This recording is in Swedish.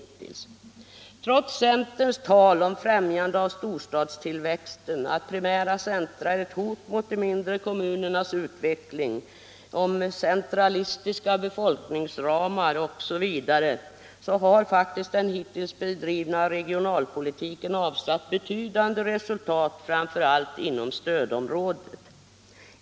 Trots centerns tal om att vi främjar storstadstillväxten, att primära centra är ett hot mot de mindre kommunernas utveckling, om centralistiska befolkningsramar osv. har faktiskt den hittills drivna regionalpolitiken avsatt betydande resultat framför allt inom stödområdet.